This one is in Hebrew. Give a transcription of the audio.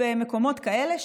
במקומות כאלה,